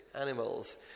animals